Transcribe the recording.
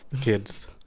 kids